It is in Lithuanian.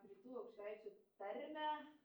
rytų aukštaičių tarmę